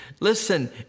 Listen